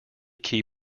key